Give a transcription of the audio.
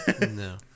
No